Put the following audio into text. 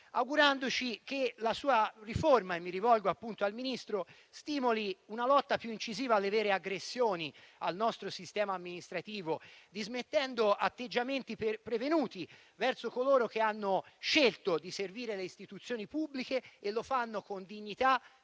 appunto al Ministro - stimoli una lotta più incisiva alle vere aggressioni al nostro sistema amministrativo, dismettendo atteggiamenti prevenuti verso coloro che hanno scelto di servire le istituzioni pubbliche e lo fanno con dignità,